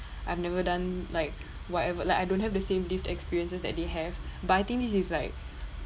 I've never done like whatever like I don't have the same lived experiences that they have but I think this is like